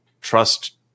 trust